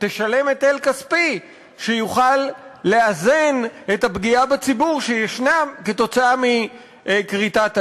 תשלם היטל כספי שיוכל לאזן את הפגיעה בציבור כתוצאה מכריתת העץ.